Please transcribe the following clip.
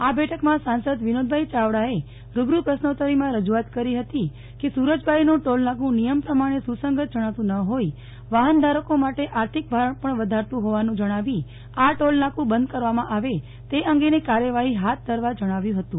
આ બેઠકમાં સાંસદ વિનોદભાઇ યાવડાએ રૂબરૂ પ્રશ્નોતરીમાં રજુઆત કરી હતી કે સુ રજબારીનું ટોલનાકું નિયમ પ્રમાણે સુસંગત જણાતું ન હોઇ વાહન ધારકો માટે આર્થિક ભારણ પણ વધારતું હોવાનું જણાવી આ ટોલનાકું બંધ કરવામાં આવે તે અંગેની કાર્યવાહી હાથ ધરવા જણાવ્યું હતું